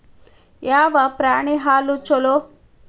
ಯಾವ ಪ್ರಾಣಿ ಹಾಲು ಛಲೋ?